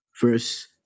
verse